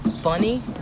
funny